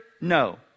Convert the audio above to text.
no